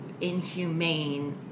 inhumane